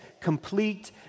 complete